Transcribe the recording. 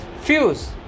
fuse